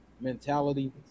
mentality